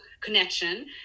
connection